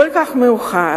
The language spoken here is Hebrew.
כל כך מאוחר,